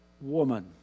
woman